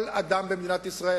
כל אדם במדינת ישראל,